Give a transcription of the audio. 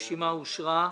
הרשימה אושרה.